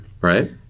Right